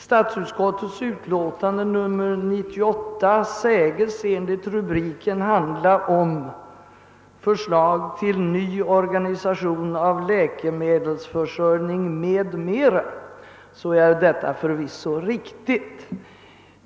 Statsutskottets utlåtande nr 98 sägs i rubriken handla om förslag till ny organisation av läkemedelsförsörjningen m.m.. Detta är förvisso riktigt.